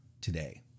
today